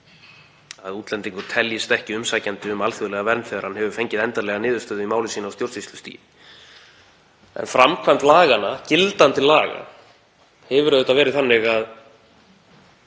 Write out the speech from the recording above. að útlendingur teljist ekki umsækjandi um alþjóðlega vernd þegar hann hefur fengið endanlega niðurstöðu í máli sínu á stjórnsýslustigi. En framkvæmd gildandi laga hefur auðvitað verið þannig að